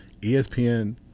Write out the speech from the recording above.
ESPN